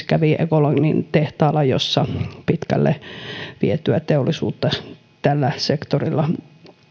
kävi esimerkiksi ecolanin tehtaalla jossa pitkälle vietyä teollisuutta tällä sektorilla